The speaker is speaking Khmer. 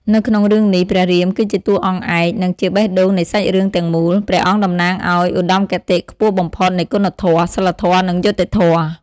នៅក្នុងរឿងនេះ ព្រះរាម គឺជាតួអង្គឯក និងជាបេះដូងនៃសាច់រឿងទាំងមូលព្រះអង្គតំណាងឲ្យឧត្ដមគតិខ្ពស់បំផុតនៃគុណធម៌ សីលធម៌ និងយុត្តិធម៌ ។